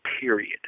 period